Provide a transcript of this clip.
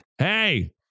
Hey